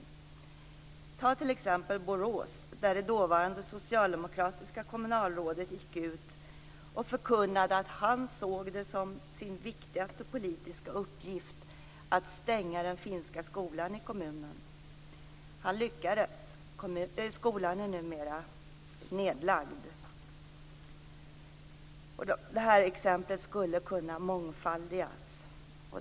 Vi kan ta Borås som exempel. Där gick det dåvarande socialdemokratiska kommunalrådet ut och förkunnande att han såg det som sin viktigaste politiska uppgift att stänga den finska skolan i kommunen. Han lyckades. Skolan är numera nedlagd. Det här exemplet skulle kunna mångfaldigas.